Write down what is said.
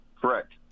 Correct